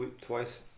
twice